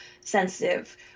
sensitive